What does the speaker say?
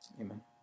amen